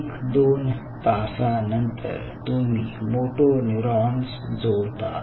एक दोन तासानंतर तुम्ही मोटो न्यूरॉन्स जोडतात